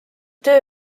töö